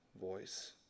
voice